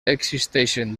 existeixen